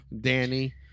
Danny